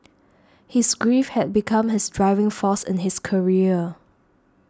his grief had become his driving force in his career